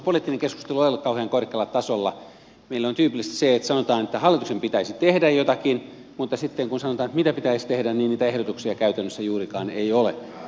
meillä on tyypillistä se että sanotaan että hallituksen pitäisi tehdä jotakin mutta sitten kun kysytään että mitä pitäisi tehdä niin niitä ehdotuksia käytännössä juurikaan ei ole